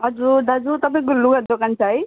हजुर दाजु तपाईँको लुगा दोकान छ है